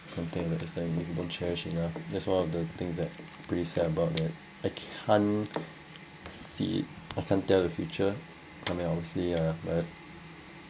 something like that you don't cherish enough that's one of the things that pretty sad about that I can't see it I can't tell the future I mean I would say ah but